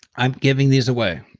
i'm giving these away.